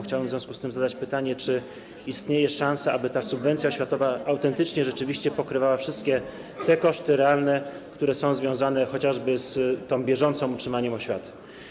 Chciałbym w związku z tym zadać pytanie: Czy istnieje szansa, aby ta subwencja oświatowa autentycznie, rzeczywiście pokrywała wszystkie te koszty realne, które są związane chociażby z bieżącym utrzymaniem oświaty?